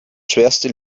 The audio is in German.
schwerste